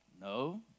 No